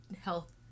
health